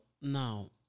now